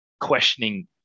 questioning